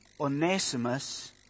Onesimus